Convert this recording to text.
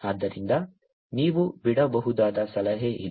ಆದ್ದರಿಂದ ನೀವು ಬಿಡಬಹುದಾದ ಸಲಹೆ ಇದು